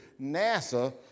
NASA